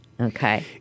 Okay